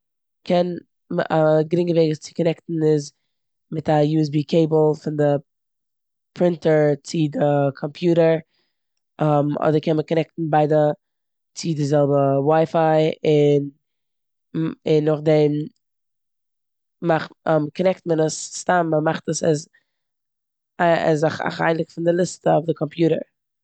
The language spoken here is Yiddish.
קען- א גרינגע וועג עס צו קאנעטן איז מיט א יו עס בי קעיבל פון די פרינטער צו די קאמפיוטער. אדער קען מען קאננעקטן ביידע צו די זעלבע וויי-פיי און מ- און נאכדעם מאכט קאננעקט מען עס סתם, מ'מאכט עס עז א חלק פון די ליסטע פון די קאמפיוטער.